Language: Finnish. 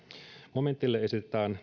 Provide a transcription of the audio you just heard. momentille esitetään